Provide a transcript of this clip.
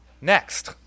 Next